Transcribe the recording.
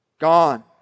Gone